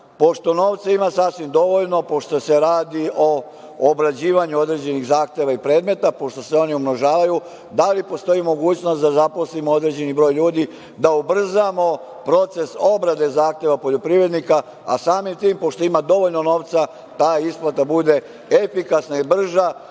pošto novca ima sasvim dovoljno, pošto se radi o obrađivanju određenih zahteva i predmeta, pošto se oni umnožavaju. Da li postoji mogućnost da zaposlimo određeni broj ljudi i da ubrzamo proces obrade zahteva poljoprivrednika, a samim tim pošto ima dovoljno novca, ta isplata bude efikasna i brža,